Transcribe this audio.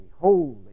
holy